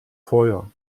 feuer